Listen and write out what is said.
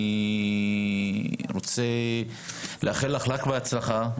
אני רוצה לאחל לך רק בהצלחה.